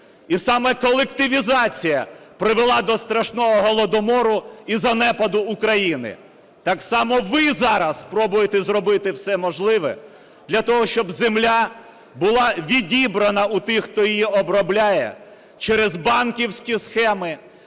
І саме колективізація привела до страшного Голодомору і занепаду України. Так само ви зараз пробуєте зробити все можливе для того, щоб земля була відібрана у тих, хто її обробляє, через банківські схеми,